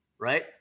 right